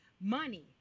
Money